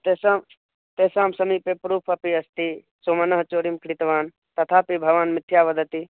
तेषां तेषां समीपे प्रूप् अपि अस्ति सुमनः चौर्यं कृतवान् तथापि भवान् मिथ्या वदति